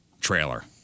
trailer